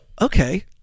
okay